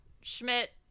Schmidt